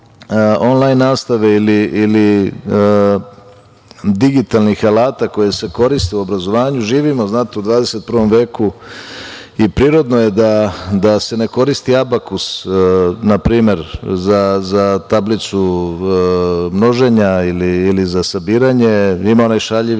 onlajn nastave ili digitalnih alata koji se koriste u obrazovanju, živimo u 21. veku i prirodno je da se ne koristi abakus na primer za tablicu množenja ili za sabiranje. Ima onaj šaljivi